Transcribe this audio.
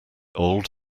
old